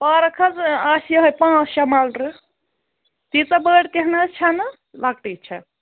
park حظ آسہِ یِہوٚے پانٛژھ شےٚ مَلرٕ تیٖژاہ بٔڑ تہِ نَہ حظ چھَنہٕ لۄکٹٕے چھےٚ